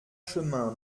chemin